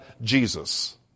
Jesus